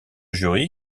jury